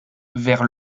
vers